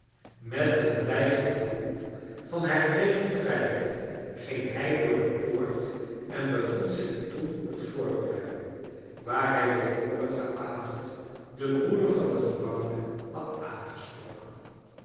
met een blij gevoel van herkregen vrijheid ging hij door de poort en bevond zich toen op het voorplein waar hij den vorigen avond den broeder van den gevangene had aangesproken